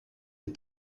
des